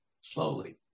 slowly